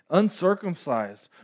uncircumcised